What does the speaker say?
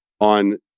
on